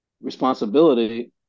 responsibility